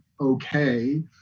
okay